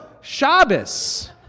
Shabbos